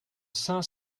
cinq